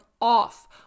off